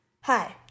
Hi